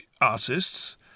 artists